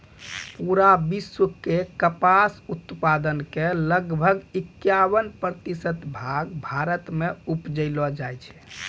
पूरा विश्व के कपास उत्पादन के लगभग इक्यावन प्रतिशत भाग भारत मॅ उपजैलो जाय छै